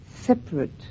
separate